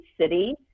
city